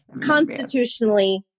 Constitutionally